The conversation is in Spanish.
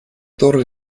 torre